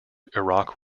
iraq